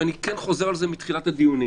ואני כן חוזר על זה מתחילת הדיונים.